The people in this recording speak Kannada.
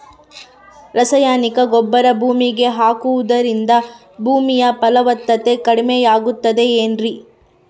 ರಾಸಾಯನಿಕ ಗೊಬ್ಬರ ಭೂಮಿಗೆ ಹಾಕುವುದರಿಂದ ಭೂಮಿಯ ಫಲವತ್ತತೆ ಕಡಿಮೆಯಾಗುತ್ತದೆ ಏನ್ರಿ?